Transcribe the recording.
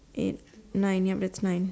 eight nine yup that's nine